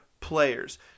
players